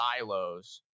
silos